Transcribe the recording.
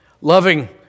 Loving